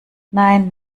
nein